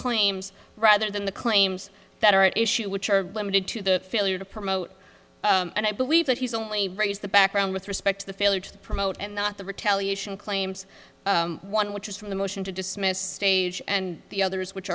claims rather than the claims that are at issue which are limited to the failure to promote and i believe that he's only raised the background with respect to the failure to promote and not the retaliation claims one which is from the motion to dismiss stage and the others which